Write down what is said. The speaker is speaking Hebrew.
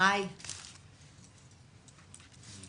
אז יום עלייה שמח.